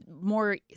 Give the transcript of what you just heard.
more